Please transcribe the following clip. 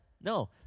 No